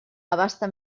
abasta